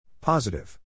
Positive